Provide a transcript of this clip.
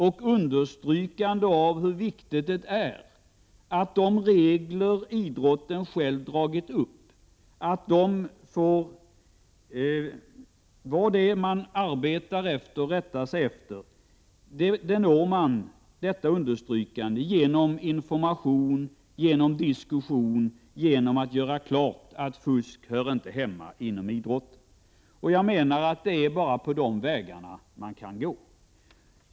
Ett understrykande av hur viktigt det är att de regler idrotten i Ope å pen : mersialisering inom själv dragit upp får vara det som man arbetar efter och rättar sig efter når man iden genom information, genom diskussion, genom att göra klart att fusk inte hör hemma inom idrotten. Det är, menar jag, bara de vägarna man kan gå.